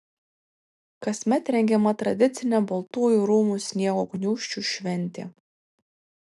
kasmet rengiama tradicinė baltųjų rūmų sniego gniūžčių šventė